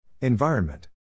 Environment